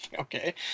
okay